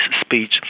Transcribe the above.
speech